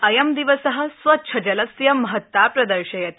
अयं दिवस स्वच्छ जलस्य महत्ता प्रदर्शयति